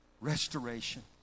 Restoration